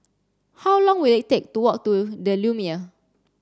how long will it take to walk to The Lumiere